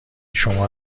شما